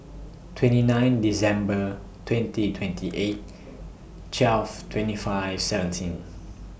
twenty nine December twenty twenty eight twelve twenty five seventeen